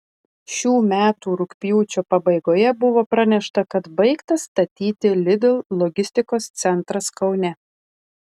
šių metų rugpjūčio pabaigoje buvo pranešta kad baigtas statyti lidl logistikos centras kaune